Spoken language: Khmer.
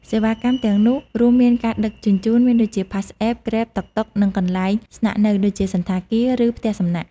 សេវាកម្មទាំងនោះរួមមានការដឹកជញ្ជូន មានដូចជា PassApp, Grab, តុកតុក និងកន្លែងស្នាក់នៅ ដូចជា សណ្ឋាគារ ឬ ផ្ទះសំណាក់។